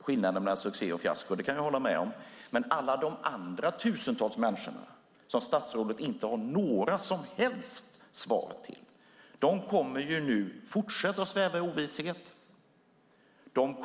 skillnaden mellan succé och fiasko. Det kan jag hålla med om. Men alla de andra tusentals människorna som statsrådet inte har några som helst svar till kommer att fortsätta att sväva i ovisshet.